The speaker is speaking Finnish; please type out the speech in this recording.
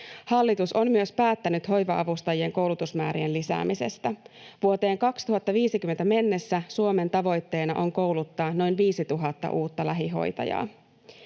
Hallitus on myös päättänyt hoiva-avustajien koulutusmäärien lisäämisestä. Vuoteen 2050 mennessä Suomen tavoitteena on kouluttaa noin 5 000 uutta lähihoitajaa.